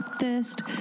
thirst